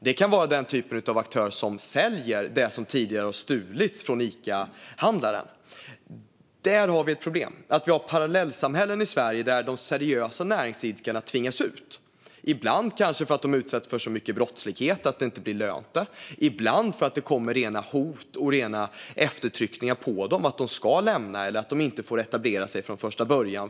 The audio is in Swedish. Det kan vara den typ av aktör som säljer det som tidigare har stulits från Icahandlaren. Där har vi ett problem: Vi har parallellsamhällen i Sverige där de seriösa näringsidkarna tvingas ut. Ibland tvingas de ut för att de utsätts för så mycket brottslighet att det inte blir lönt att fortsätta. Ibland tvingas de ut för att det kommer rena hot och påtryckningar om att de ska lämna området eller inte får etablera sig där från första början.